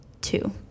two